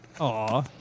aw